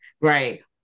right